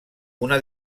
una